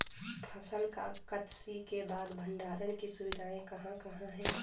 फसल कत्सी के बाद भंडारण की सुविधाएं कहाँ कहाँ हैं?